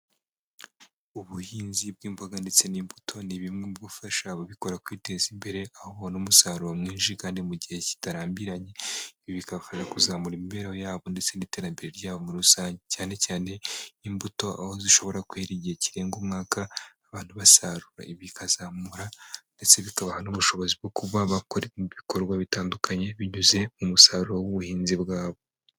Ubuhinzi bw'imboga ndetse n'imbuto ni bimwe mu gufasha ababikora kwiteza imbere, aho ubona umusaruro mwinshi, kandi mu gihe kitarambiranye. Ibi bikabafasha kuzamura imibereho yabo, ndetse n'iterambere ryabo muri rusange, cyane cyane imbuto aho zishobora kwera igihe kirenga umwaka abantu basarura, bikazamura ndetse bikabaha n'ubushobozi bwo kuba bakora ibikorwa bitandukanye, binyuze mu musaruro w'ubuhinzi bwabo.